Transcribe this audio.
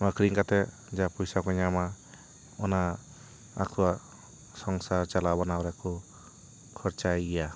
ᱱᱚᱣᱟ ᱟᱠᱷᱟᱨᱤᱧ ᱠᱟᱛᱮ ᱡᱟᱦᱟᱸ ᱯᱚᱭᱥᱟ ᱠᱚ ᱧᱟᱢᱟ ᱚᱱᱟ ᱟᱠᱚᱭᱟᱜ ᱥᱚᱝᱥᱟᱨ ᱪᱟᱞᱟᱣ ᱢᱟᱱᱟᱣ ᱨᱮᱠᱩ ᱠᱷᱚᱨᱪᱟᱭ ᱜᱮᱭᱟ